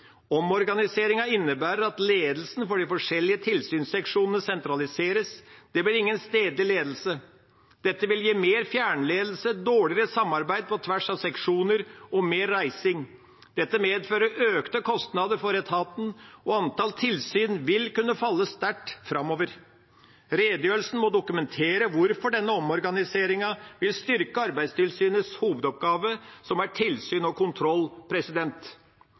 Omorganiseringa innebærer at ledelsen for de forskjellige tilsynsseksjonene sentraliseres, det blir ingen stedlig ledelse. Dette vil gi mer fjernledelse, dårligere samarbeid på tvers av seksjoner og mer reising. Det medfører økte kostnader for etaten. Antall tilsyn vil kunne falle sterkt framover. Redegjørelsen må dokumentere hvordan denne omorganiseringa vil styrke Arbeidstilsynets hovedoppgave som er tilsyn og kontroll.»